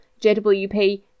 jwp